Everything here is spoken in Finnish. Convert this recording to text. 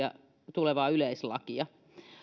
tulevaa yleislakia